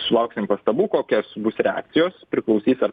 sulauksim pastabų kokios bus reakcijos priklausys ar